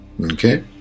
Okay